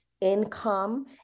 income